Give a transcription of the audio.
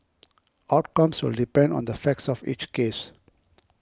outcomes will depend on the facts of each case